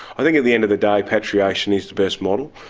i think at the end of the day patriation is the best model.